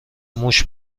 موش